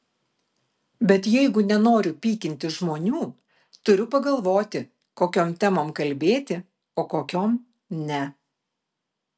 bet jeigu nenoriu pykinti žmonių turiu pagalvoti kokiom temom kalbėti o kokiom ne